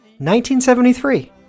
1973